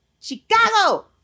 Chicago